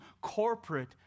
corporate